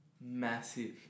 massive